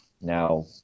Now